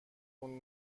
اون